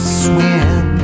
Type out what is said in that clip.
swim